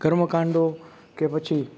કર્મકાંડો કે પછી